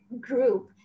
group